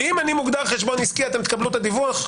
אם אני מוגדר חשבון עסקי, אתם תקבלו את הדיווח?